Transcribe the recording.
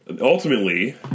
ultimately